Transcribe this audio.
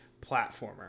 platformer